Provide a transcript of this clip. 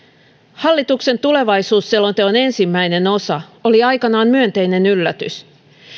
hallituksen tulevaisuusselonteon ensimmäinen osa oli aikoinaan myönteinen yllätys